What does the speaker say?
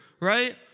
right